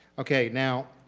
okay now,